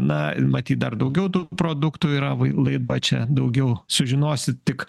na matyt dar daugiau tų produktų yra vai laiba čia daugiau sužinosit tik